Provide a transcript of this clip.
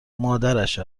مادرش